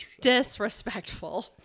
Disrespectful